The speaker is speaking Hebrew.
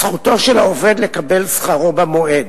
זכותו של העובד לקבל שכרו במועד,